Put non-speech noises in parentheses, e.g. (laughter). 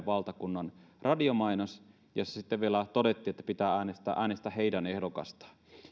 (unintelligible) valtakunnan radiomainos jossa sitten vielä todettiin että äänestä äänestä heidän ehdokastaan